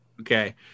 Okay